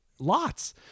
Lots